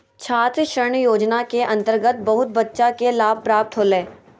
छात्र ऋण योजना के अंतर्गत बहुत बच्चा के लाभ प्राप्त होलय